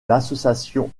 l’association